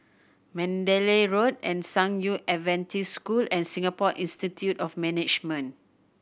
Mandalay Road and San Yu Adventist School and Singapore Institute of Management